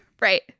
Right